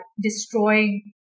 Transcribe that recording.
destroying